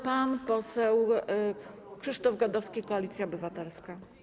Pan poseł Krzysztof Gadowski, Koalicja Obywatelska.